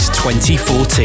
2014